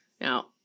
Now